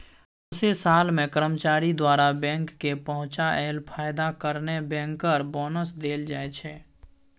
सौंसे साल मे कर्मचारी द्वारा बैंक केँ पहुँचाएल फायदा कारणेँ बैंकर बोनस देल जाइ छै